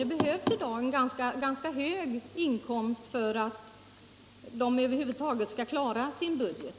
Det behövs i dag en ganska hög inkomst för att de över huvud taget skall klara sin budget.